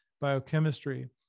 biochemistry